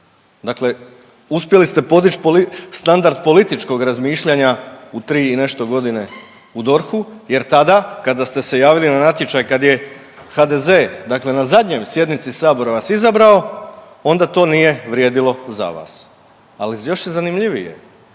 Dakle, uspjeli ste podić standard političkog razmišljanja u tri i nešto godine u DORH-u jer tada kada ste se javili na natječaj kad je HDZ dakle na zadnjoj sjednici Sabora vas izabrao onda to nije vrijedilo za vas. Ali još je zanimljivije,